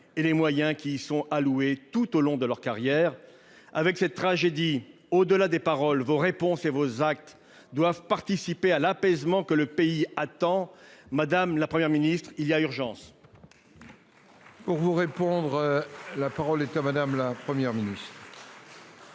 et les moyens qui y sont alloués, tout au long de leur carrière. Face à cette tragédie, au-delà des paroles, vos réponses et vos actes doivent participer à l'apaisement que le pays attend. Madame la Première ministre, il y a urgence. La parole est à Mme la Première ministre.